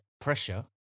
Pressure